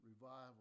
revival